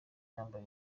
yambaye